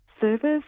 service